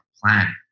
planet